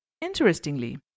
Interestingly